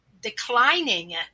declining